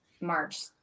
March